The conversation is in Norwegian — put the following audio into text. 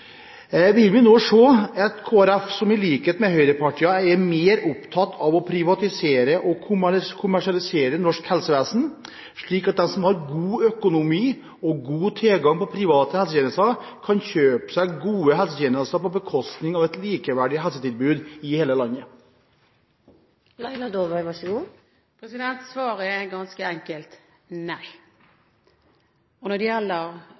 Vil vi nå se et Kristelig Folkeparti som, i likhet med høyrepartiene, er mer opptatt av å privatisere og kommersialisere norsk helsevesen, slik at de som har god økonomi og god tilgang på private helsetjenester, kan kjøpe seg gode helsetjenester på bekostning av et likeverdig helsetilbud i hele landet? Svaret er ganske enkelt nei. Når det gjelder